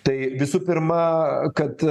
tai visų pirma kad